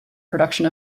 production